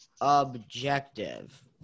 objective